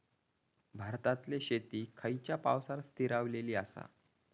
भारतातले शेती खयच्या पावसावर स्थिरावलेली आसा?